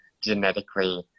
genetically